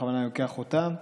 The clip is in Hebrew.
בכוונה אני לוקח אותם,